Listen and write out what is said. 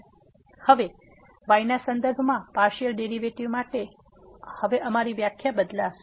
હવે y ના સંદર્ભમાં પાર્સીઅલ ડેરીવેટીવ માટે તેથી હવે અમારી વ્યાખ્યા બદલાશે